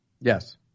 Yes